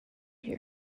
your